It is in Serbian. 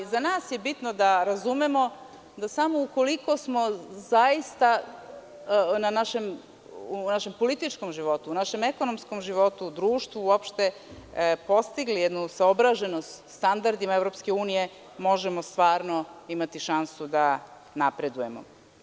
Za nas je bitno da razumemo da, samo ukoliko smo zaista u našem političkom životu, u našem ekonomskom životu, u društvu uopšte, postigli jednu saobraženost standardima EU, možemo stvarno imati šansu da napredujemo.